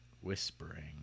whispering